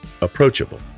approachable